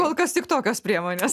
kol kas tik tokios priemonės